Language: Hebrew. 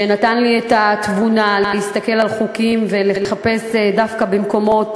שנתן לי את התבונה להסתכל על חוקים ולהסתכל דווקא במקומות,